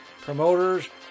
promoters